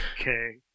Okay